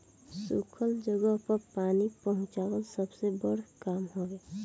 सुखल जगह पर पानी पहुंचवाल सबसे बड़ काम हवे